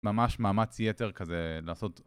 ממש מאמץ יתר כזה לעשות